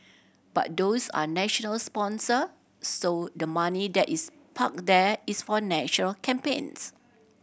but those are national sponsor so the money that is parked there is for natural campaigns